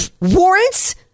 warrants